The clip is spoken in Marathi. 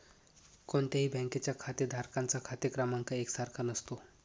कोणत्याही बँकेच्या खातेधारकांचा खाते क्रमांक एक सारखा नसतो